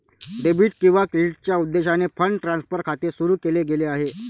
debit किंवा क्रेडिटच्या उद्देशाने फंड ट्रान्सफर खाते सुरू केले गेले आहे